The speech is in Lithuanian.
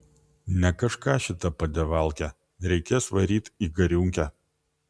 ne kažką šita padevalkė reikės varyt į gariūnkę